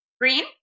Green